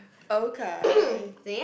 okay